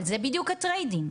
אבל זה בדיוק trading.